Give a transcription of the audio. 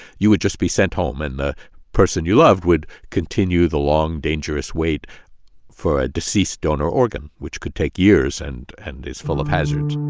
you would just be sent home and the person you loved would continue the long, dangerous wait for a deceased donor organ, which could take years and and is full of hazards